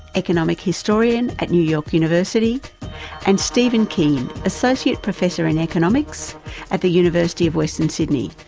economic historian at new york university and steven keen, associate professor in economics at the university of western sydney.